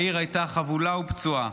העיר הייתה חבולה ופצועה.